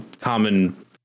common